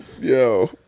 yo